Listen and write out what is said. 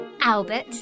Albert